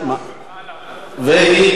ואנחנו,